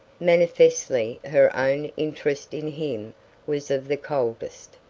manifestly her own interest in him was of the coldest.